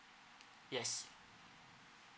yes